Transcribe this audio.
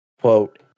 quote